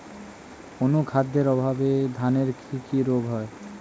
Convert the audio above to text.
অনুখাদ্যের অভাবে ধানের কি কি রোগ হয়?